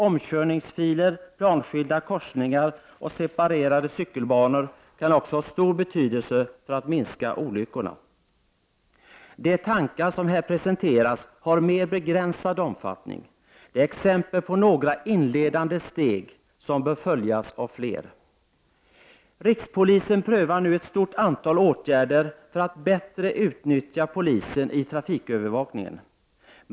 Omkörningsfiler, planskilda korsningar och separerade cykelbanor kan också ha stor betydelse för att åstadkomma en minskning av antalet olyckor. De tankar som här presenteras har mer begränsad omfattning. Det är exempel på några inledande steg som bör följas av fler. Rikspolisen prövar nu ett stort antal åtgärder för att bättre utnyttja polisen i trafikövervakningen.